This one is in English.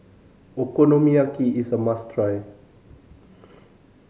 okonomiyaki is a must try